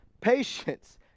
patience